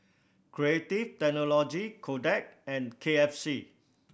Creative Technology Kodak and K F C